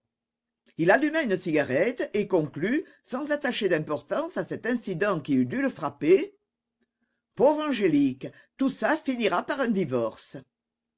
il alluma une cigarette et conclut sans attacher d'importance à cet incident qui eût dû le frapper pauvre angélique tout ça finira par un divorce